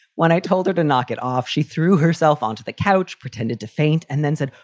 when i told her to knock it off, she threw herself onto the couch, pretended to faint, and then said,